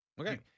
Okay